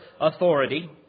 authority